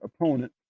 opponent